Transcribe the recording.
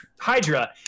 Hydra